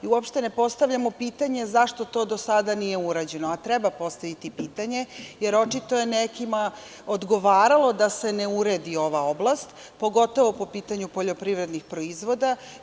Uopšte, ne postavljamo pitanje zašto to do sada nije urađeno, a treba postaviti pitanje, jer očito je nekima odgovaralo da se ne uredi ova oblast, pogotovo po pitanju poljoprivrednih proizvoda.